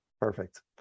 Perfect